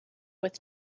with